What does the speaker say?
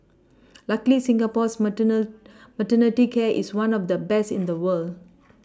luckily Singapore's mater maternity care is one of the best in the world